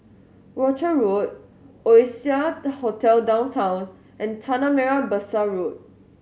Rochor Road Oasia Hotel Downtown and Tanah Merah Besar Road